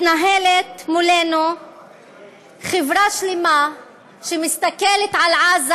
מתנהלת מולנו חברה שלמה שמסתכלת על עזה,